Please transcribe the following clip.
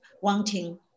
wanting